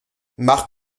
marcq